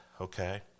okay